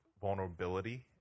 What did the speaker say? vulnerability